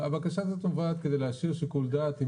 הבקשה הזאת נובעת כדי לאשר שיקול דעת אם